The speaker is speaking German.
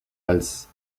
als